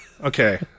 Okay